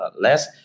less